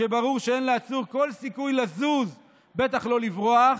כשברור שאין לעצור כל סיכוי לזוז, בטח שלא לברוח,